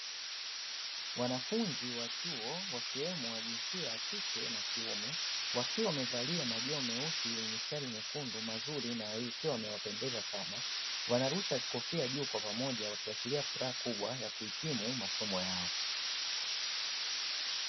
Wanafunzi wa chuo wakiwemo wa jinsia ya kike na wa kiume, wakiwa wamevalia majoho meusi yenye mstari miekundu mazuri na yakiwa yamewapendeza sana. Wanarusha kofia juu kwa pamoja wakiashiria furaha kubwa ya kuhitimu masomo yao.